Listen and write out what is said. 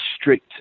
strict